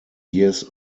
years